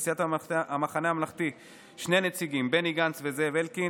לסיעת המחנה הממלכתי שני נציגים: בני גנץ וזאב אלקין,